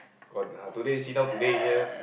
got uh today sit down today here